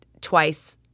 twice